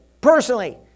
Personally